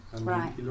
Right